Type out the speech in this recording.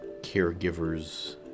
caregivers